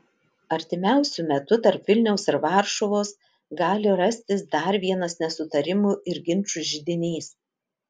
artimiausiu metu tarp vilniaus ir varšuvos gali rastis dar vienas nesutarimų ir ginčų židinys